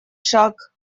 шаг